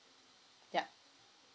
yup